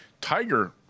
tiger